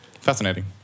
fascinating